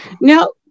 Now